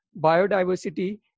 biodiversity